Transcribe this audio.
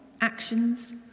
actions